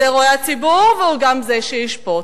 ואת זה רואה הציבור והוא גם זה שישפוט.